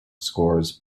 scores